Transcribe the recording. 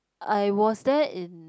I was there in